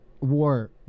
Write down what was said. war